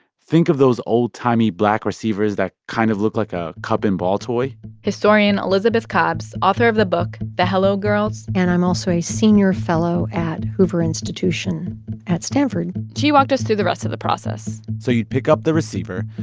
think of those old-timey black receivers that kind of look like a cup-and-ball toy historian elizabeth cobbs, author of the book the hello girls. and i'm also a senior fellow at hoover institution at stanford she walked us through the rest of the process so you'd pick up the receiver,